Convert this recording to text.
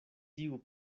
tiu